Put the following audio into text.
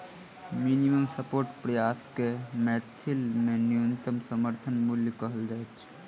minimum support price के मैथिली मे न्यूनतम समर्थन मूल्य कहल जाइत छै